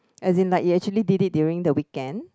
as in like you actually did it during the weekend